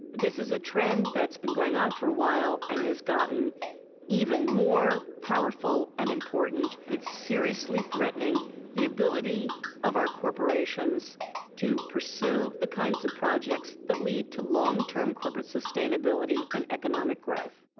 this is a trend that's been going on for a while and has gotten even more powerful and important. it's seriously threatening the ability of our corporations to pursue the kinds of projects that lead to long-term corporate sustainability and economic growth.